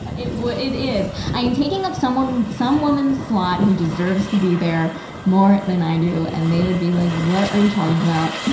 but it it is. i am taking up someone, some woman's slot who deserves to be there more than i do, and they would be like, what are you talking about?